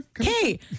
Hey